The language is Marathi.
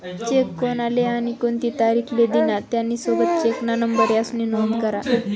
चेक कोनले आणि कोणती तारीख ले दिना, त्यानी सोबत चेकना नंबर यास्नी नोंद करा